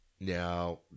Now